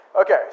Okay